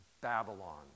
Babylon